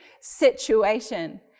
situation